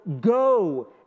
go